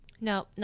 No